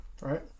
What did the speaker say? Right